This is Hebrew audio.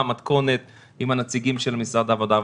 מתכונת עם נציגי משרד העבודה והרווחה.